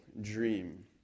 dream